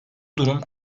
durum